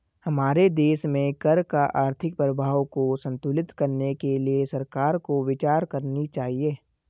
हमारे देश में कर का आर्थिक प्रभाव को संतुलित करने के लिए सरकार को विचार करनी चाहिए